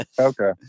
Okay